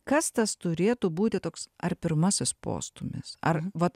kas tas turėtų būti toks ar pirmasis postūmis ar vat